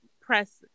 press